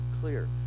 clear